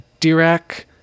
Dirac